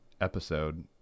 episode